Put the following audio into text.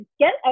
get